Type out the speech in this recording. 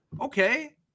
okay